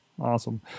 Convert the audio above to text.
awesome